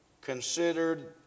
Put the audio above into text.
considered